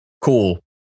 cool